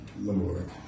Lord